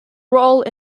role